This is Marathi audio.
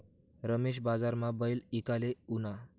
रमेश बजारमा बैल ईकाले ऊना